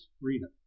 freedom